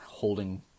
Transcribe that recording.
holding